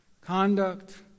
conduct